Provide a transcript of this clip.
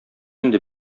инде